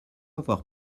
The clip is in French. avoir